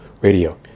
Radio